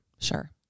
Sure